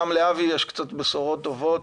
גם לאבי יש קצת בשורות טובות,